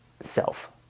self